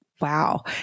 wow